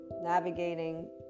navigating